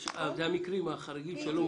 אלה המקרים החריגים.